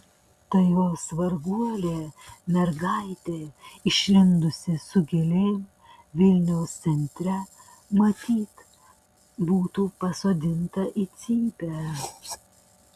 ta jos varguolė mergaitė išlindusi su gėlėm vilniaus centre matyt būtų pasodinta į cypę